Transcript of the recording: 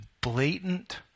blatant